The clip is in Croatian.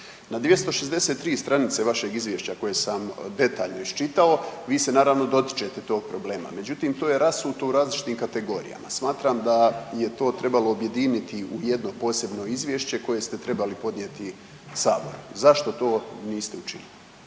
Na 263 stranice vašeg izvješća koje sam detaljno iščitao vi se naravno dotičete tog problema, međutim to je rasuto u različitim kategorijama. Smatram da je to trebalo objediniti u jedno posebno izvješće koje ste trebali podnijeti Saboru. Zašto to niste učinili?